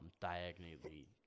diagonally